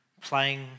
playing